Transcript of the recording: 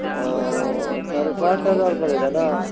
और साढ़े पाँच हज़ार पड़ेगा ना